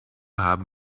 haben